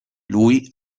lui